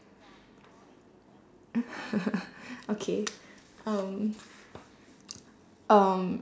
okay um um